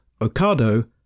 ocado